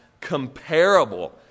comparable